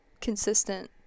consistent